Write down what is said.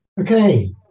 Okay